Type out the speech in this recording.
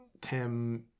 Tim